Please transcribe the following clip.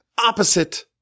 opposite